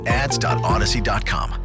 ads.odyssey.com